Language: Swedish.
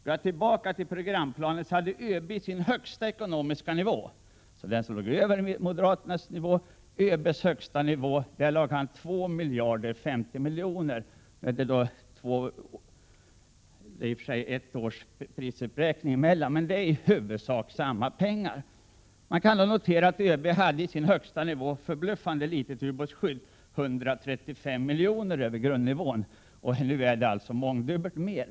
Går jag tillbaka till programplanen hade ÖB i sin högsta ekonomiska nivå, alltså den som låg över moderaternas nivå, 2 miljarder 50 miljoner kronor. I och för sig ligger ett års prisuppräkning emellan, men det är i huvudsak samma pengar. Man kan då notera att ÖB i sin högsta nivå hade ett förbluffande lågt ubåtsskydd, 135 milj.kr. över grundnivån. Nu är det alltså mångdubbelt mer.